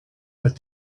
but